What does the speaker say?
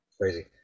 crazy